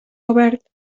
obert